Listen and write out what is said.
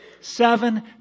Seven